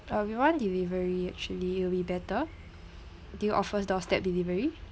uh we you want delivery actually it'll be better do you offer doorstep delivery